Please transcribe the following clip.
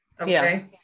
okay